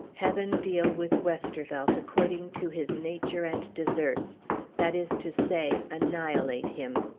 heaven deal with westervelt according to his nature and deserts that is to say, annihilate him.